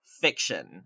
fiction